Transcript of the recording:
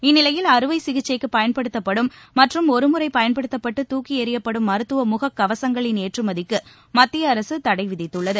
இந்நிலையில் அறுவைசிகிச்சைக்கு பயன்படுத்தப்படும் மற்றும் ஒரு முறை பயன்படுத்தப்பட்டு துக்கிய எறியப்படும் மருத்துவ முகக்கவசங்களின் ஏற்றுமதிக்கு மத்திய அரசு தடைவிதித்துள்ளது